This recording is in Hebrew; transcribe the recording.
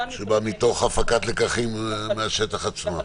שכולם --- שבא מתוך הפקת לקחים מהשטח עצמו.